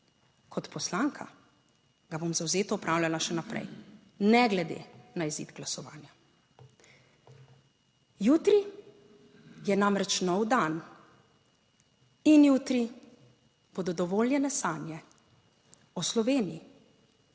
Kot poslanka ga bom zavzeto opravljala še naprej, ne glede na izid glasovanja. Jutri je namreč nov dan in jutri bodo dovoljene sanje o Sloveniji,